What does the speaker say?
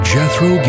Jethro